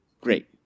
great